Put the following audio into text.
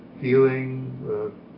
Feeling